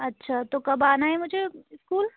اچھا تو کب آنا ہے مجھے اسکول